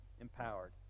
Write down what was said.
empowered